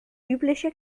übliche